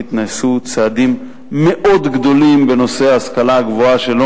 נעשו בנושא ההשכלה הגבוהה צעדים מאוד גדולים,